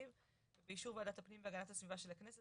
(להלן-הנציב) ובאישור ועדת הפנים והגנת הסביבה של הכנסת,